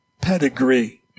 pedigree